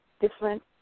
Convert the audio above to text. different